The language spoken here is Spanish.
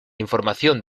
información